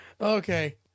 okay